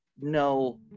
No